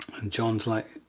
and jon's like,